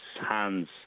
hands